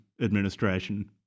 administration